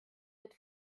wird